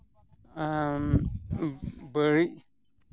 ᱵᱟᱹᱲᱤᱡ